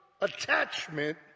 attachment